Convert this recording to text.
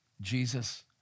Jesus